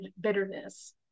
bitterness